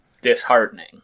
disheartening